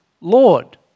Lord